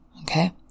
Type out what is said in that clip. Okay